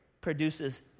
produces